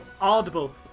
audible